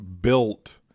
built